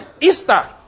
Easter